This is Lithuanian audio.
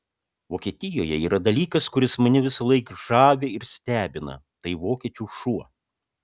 vokietijoje yra dalykas kuris mane visąlaik žavi ir stebina tai vokiečių šuo